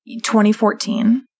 2014